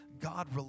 God